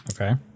Okay